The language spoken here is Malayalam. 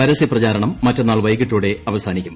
പരസ്യപ്രചാരണം ് മറ്റന്നാൾ വൈകിട്ടോടെ അവസാനിക്കും